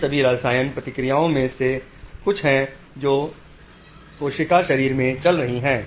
ये सभी रासायनिक प्रतिक्रियाओं में से कुछ हैं जो कोशिका शरीर में चल रहे हैं